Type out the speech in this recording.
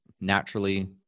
naturally